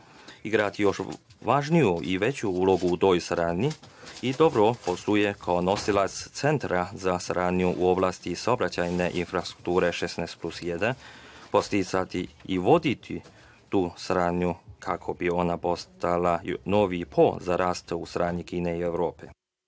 igrati još važniju i veću ulogu u toj saradnji. Dobro posluje kao nosilac centra za saradnju u oblasti saobraćajne infrastrukture „16+1“. Podsticati i voditi tu saradnju kako bi ona postala novi most za rast u saradnji Kine i Evrope.